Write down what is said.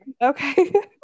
Okay